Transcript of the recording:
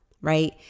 right